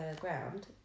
ground